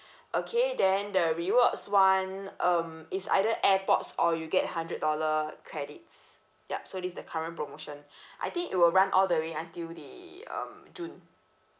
okay then the rewards [one] um is either AirPods or you get hundred dollar credits ya so this is the current promotion I think it will run all the way until the um june